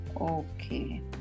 Okay